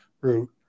route